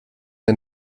der